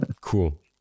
cool